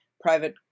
private